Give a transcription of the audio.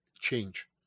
Change